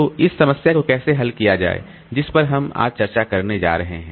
तो इस समस्या को कैसे हल किया जाए जिस पर हम आज चर्चा करने जा रहे हैं